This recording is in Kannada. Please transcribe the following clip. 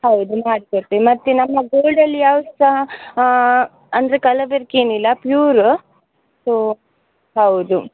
ಹೌದು ಮಾಡಿಕೊಡ್ತೇವೆ ಮತ್ತು ನಮ್ಮ ಗೋಲ್ಡಲ್ಲಿ ಯಾವುದೂ ಸಹ ಅಂದರೆ ಕಲಬೆರಕೆ ಏನಿಲ್ಲ ಪ್ಯೂರ್ ಸೋ ಹೌದು